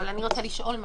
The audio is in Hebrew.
אבל אני רוצה לשאול משהו.